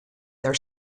their